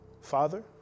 Father